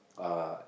uh